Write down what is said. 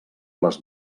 les